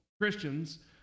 Christians